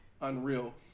unreal